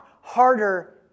harder